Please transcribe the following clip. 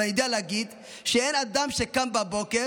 אבל אני יודע להגיד שאין אדם שקם בבוקר,